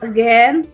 Again